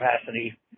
capacity